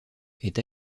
est